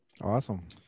Awesome